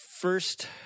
first